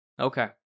Okay